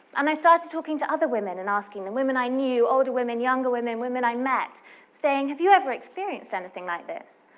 and i started talking to other women and asking the women i knew, older women, younger women, women i met saying, have you ever experienced anything like this?